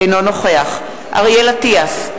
אינו נוכח אריאל אטיאס,